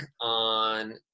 on